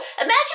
Imagine